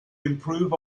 improve